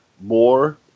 more